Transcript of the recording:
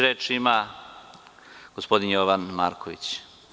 Reč ima gospodin Jovan Marković.